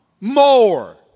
more